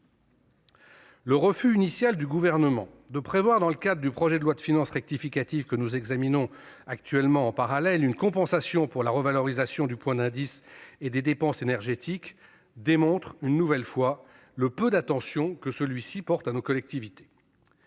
Le refus initial du Gouvernement de prévoir dans le cadre du projet de loi de finances rectificative que nous examinons actuellement une compensation pour la revalorisation du point d'indice et des dépenses énergétiques démontre une nouvelle fois le peu d'attention que celui-ci porte à nos collectivités.